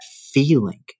feeling